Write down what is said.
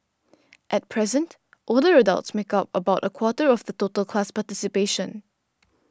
at present older adults make up about a quarter of the total class participation